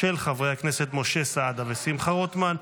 של חברי הכנסת משה סעדה ושמחה רוטמן.